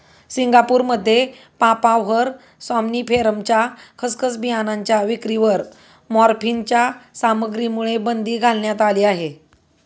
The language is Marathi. सिंगापूरमध्ये पापाव्हर सॉम्निफेरमच्या खसखस बियाणांच्या विक्रीवर मॉर्फिनच्या सामग्रीमुळे बंदी घालण्यात आली आहे